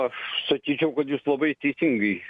aš sakyčiau kad jūs labai teisingai